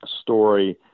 story